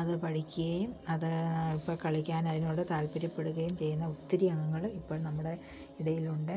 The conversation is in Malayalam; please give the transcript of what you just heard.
അത് പഠിക്കുകയും അത് ഇപ്പോൾ കളിക്കാൻ അതിനോട് താല്പര്യപ്പെടുകയും ചെയ്യുന്ന ഒത്തിരി അംഗങ്ങൾ ഇപ്പോഴും നമ്മുടെ ഇടയിലുണ്ട്